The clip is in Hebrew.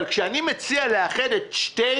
אבל כשאני מציע לאחד את שתי